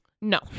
no